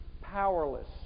powerless